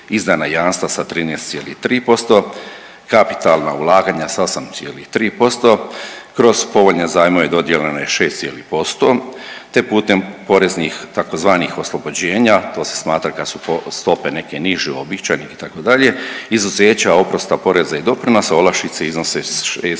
izdana jamstva sa 13,3%, kapitalna ulaganja s 8,3%, kroz povoljne zajmove dodijeljeno je 6 cijelih posto te putem poreznih tzv. oslobođenja, to se smatra kad su stope nike niže uobičajene itd. izuzeća oprosta, poreza i doprinosa i olakšica iznose 6,4%.